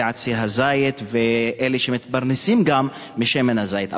עצי הזית ולאלה שמתפרנסים משמן הזית.